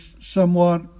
somewhat